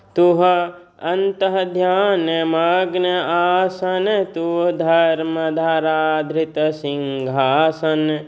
तुह अन्तः ध्यान मग्न आसन तुअ धर्म धरा धृत सिँहासन